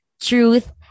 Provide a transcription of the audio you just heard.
truth